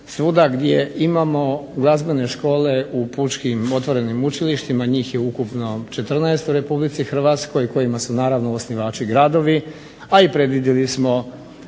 svuda gdje imamo glazbene škole u pučkim otvorenim učilištima, njih je ukupno 14 u Republici Hrvatskoj kojima su naravno osnivači gradovi, a i predvidjeli smo